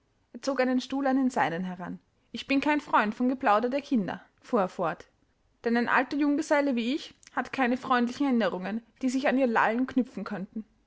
zog einen stuhl an den seinen heran ich bin kein freund vom geplauder der kinder fuhr er fort denn ein alter junggeselle wie ich hat keine freundlichen erinnerungen die sich an ihr lallen knüpfen könnten